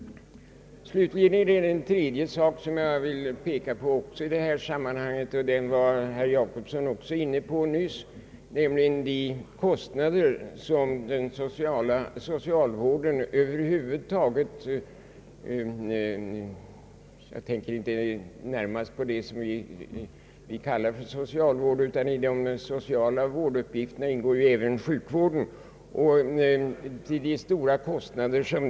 Slutligen är det en tredje sak som jag vill peka på i detta sammanhang, en sak som också herr Per Jacobsson var inne på nyss, nämligen de kostnader som den samlade socialvården drar. Jag tänker då inte närmast på det vi normalt kallar socialvård utan även på sjukvården, som också ingår i de sociala uppgifterna.